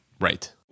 Right